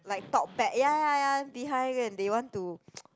like talk bad ya ya ya behind you and they want to